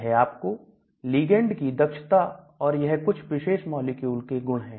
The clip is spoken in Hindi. यह आपको लिगेंड की दक्षता और यह कुछ विशेष मॉलिक्यूल के गुण हैं